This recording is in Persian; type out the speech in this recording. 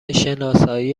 شناسایی